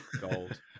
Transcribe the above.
gold